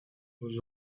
nous